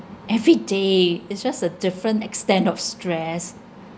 every day is just a different extent of stress